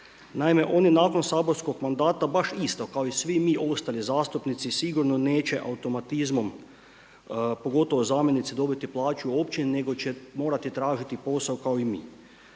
Naime, oni nakon saborskog mandata baš isto kao i svi mi ostali zastupnici sigurno neće automatizmom, pogotovo zamjenici dobiti plaću u općini nego će morati tražiti posao kao i mi.